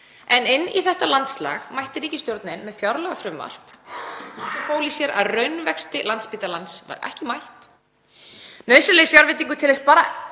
en inn í þetta landslag mætti ríkisstjórnin með fjárlagafrumvarp sem fól í sér að raunvexti Landspítalans var ekki mætt. Nauðsynlegri fjárveitingu til þess eins